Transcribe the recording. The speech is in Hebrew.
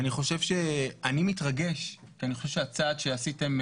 אני מתרגש כי אני חושב שהצעד שעשיתם,